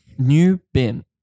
Newbin